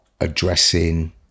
addressing